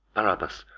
barabas,